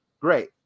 great